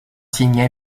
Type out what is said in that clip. signe